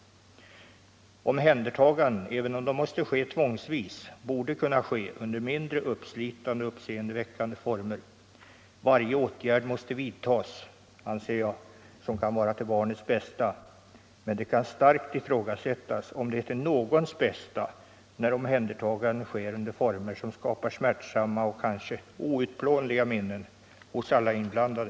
Omhändertaganden borde, även om de måste ske tvångsvis, kunna göras i mindre uppslitande och uppseendeväckande former. Varje åtgärd måste vidtas, anser jag, som kan vara till barnets bästa, men det kan starkt ifrågasättas om det är till någons bästa när omhändertaganden sker under former som skapar smärtsamma och kanske outplånliga minnen hos alla inblandade.